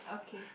okay